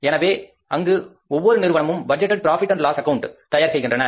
எனவே அங்கு ஒவ்வொரு நிறுவனமும் budgeted profit and loss account தயார் செய்கின்றன